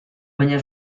baina